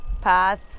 path